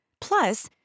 Plus